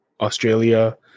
australia